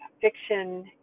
fiction